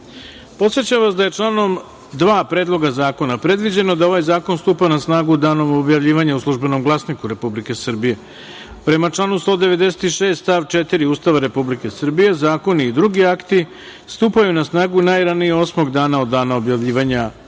načelu. Podsećam vas da je članom 2. Predloga zakona predviđeno da ovaj zakon stupa na snagu danom objavljivanja u „Službenom glasniku Republike Srbije“. Prema članu 196. stav 4. Ustava Republike Srbije zakoni i drugi akti stupaju na snagu najranije osmog dana od dana objavljivanja